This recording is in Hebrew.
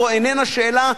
זו איננה שאלה,